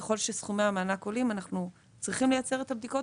ככל שסכומי המענק גדלים אנחנו צריכים לייצר את הבדיקות